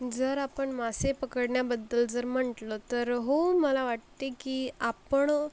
जर आपण मासे पकडण्याबद्दल जर म्हटलं तर हो मला वाटते की आपण